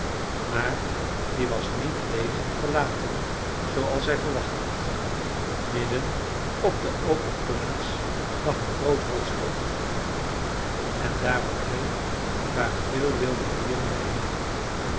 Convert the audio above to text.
maar die was niet leeg en verlaten zooals hij verwacht had midden op de open plaats lag een groot rotsblok en daarom heen waren veel wilde dieren bijeen